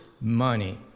money